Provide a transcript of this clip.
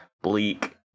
bleak